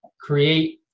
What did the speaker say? create